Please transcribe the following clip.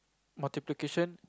multiplication